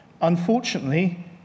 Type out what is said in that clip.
unfortunately